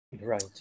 Right